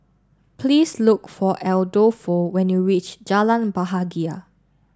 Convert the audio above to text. please look for Adolfo when you reach Jalan Bahagia